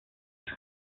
ist